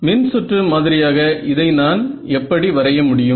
மின்சுற்று மாதிரியாக இதை நான் எப்படி வரைய முடியும்